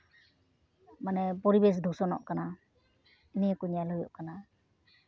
ᱢᱟᱱᱮ ᱯᱚᱨᱤᱵᱮᱥ ᱫᱷᱩᱥᱚᱱᱚᱜ ᱠᱟᱱᱟ ᱱᱤᱭᱟᱹ ᱠᱚ ᱧᱮᱞ ᱦᱩᱭᱩᱜ ᱠᱟᱱᱟ